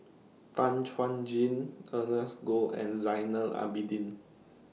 Tan Chuan Jin Ernest Goh and Zainal Abidin